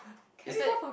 is that